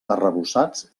arrebossats